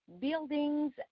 buildings